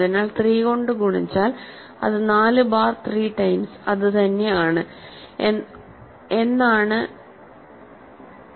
അതിനാൽ 3 കൊണ്ട് ഗുണിച്ചാൽ അത് 4 ബാർ 3 ടൈംസ് അത് തന്നെ ആണ്